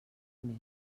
més